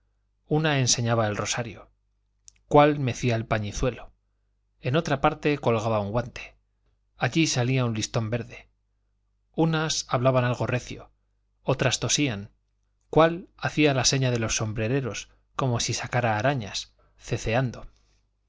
una enseñaba el rosario cuál mecía el pañizuelo en otra parte colgaba un guante allí salía un listón verde unas hablaban algo recio otras tosían cuál hacía la seña de los sombrereros como si sacara arañas ceceando